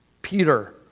Peter